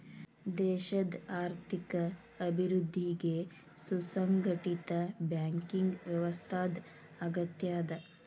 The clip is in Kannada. ದೇಶದ್ ಆರ್ಥಿಕ ಅಭಿವೃದ್ಧಿಗೆ ಸುಸಂಘಟಿತ ಬ್ಯಾಂಕಿಂಗ್ ವ್ಯವಸ್ಥಾದ್ ಅಗತ್ಯದ